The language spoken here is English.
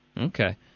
Okay